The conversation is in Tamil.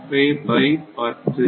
5 பை 10